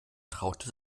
traute